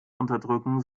unterdrücken